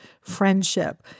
friendship